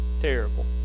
terrible